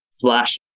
flash